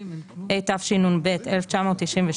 התשנ״ב-1992,